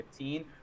2015